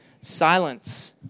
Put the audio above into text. silence